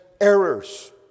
errors